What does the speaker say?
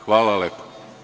Hvala lepo.